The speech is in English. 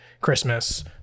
Christmas